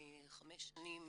חמש שנים